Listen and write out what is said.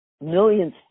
millions